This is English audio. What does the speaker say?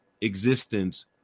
existence